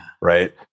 right